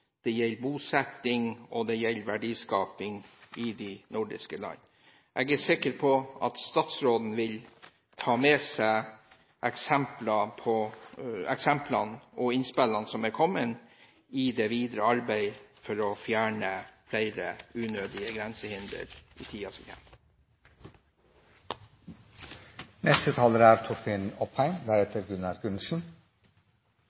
bosetting, og det gjelder verdiskaping i de nordiske landene. Jeg er sikker på at statsråden vil ta med seg eksemplene og innspillene som er kommet i debatten, i det videre arbeidet for å fjerne flere unødige grensehindre i tiden som